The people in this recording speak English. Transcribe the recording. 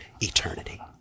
eternity